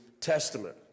Testament